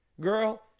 Girl